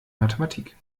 mathematik